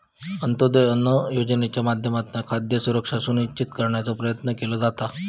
अंत्योदय अन्न योजनेच्या माध्यमातना खाद्य सुरक्षा सुनिश्चित करण्याचो प्रयत्न केलो जाता